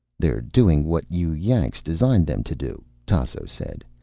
they're doing what you yanks designed them to do, tasso said.